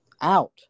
out